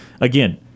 Again